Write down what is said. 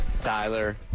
Tyler